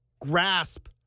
grasp